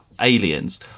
aliens